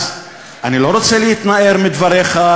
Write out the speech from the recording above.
אז אני לא רוצה להתנער מדבריך,